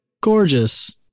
gorgeous